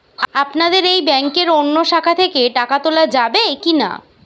আপনাদের এই ব্যাংকের অন্য শাখা থেকে টাকা তোলা যাবে কি না?